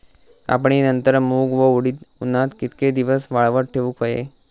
कापणीनंतर मूग व उडीद उन्हात कितके दिवस वाळवत ठेवूक व्हये?